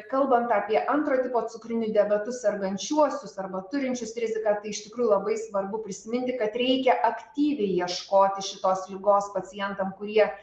kalbant apie antro tipo cukriniu diabetu sergančiuosius arba turinčius riziką tai iš tikrųjų labai svarbu prisiminti kad reikia aktyviai ieškoti šitos ligos pacientam kurie